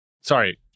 Sorry